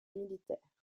militaire